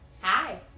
hi